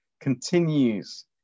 continues